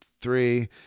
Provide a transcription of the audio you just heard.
three